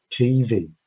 TV